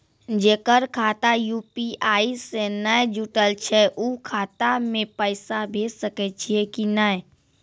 जेकर खाता यु.पी.आई से नैय जुटल छै उ खाता मे पैसा भेज सकै छियै कि नै?